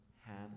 hand